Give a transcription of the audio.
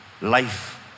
life